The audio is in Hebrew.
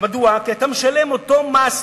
כי אתה משלם אותו מס,